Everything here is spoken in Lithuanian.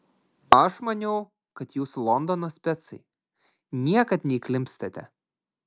aš maniau kad jūs londono specai niekad neįklimpstate